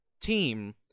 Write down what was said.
team